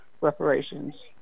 reparations